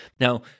Now